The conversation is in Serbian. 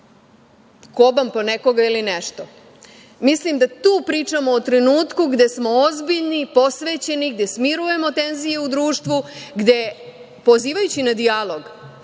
koban po nekoga ili nešto. Mislim da tu pričamo o trenutku gde smo ozbiljni, posvećeni, gde smirujemo tenziju u društvu, gde pozivajući na dijalog